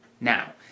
Now